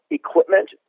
equipment